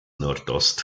nordost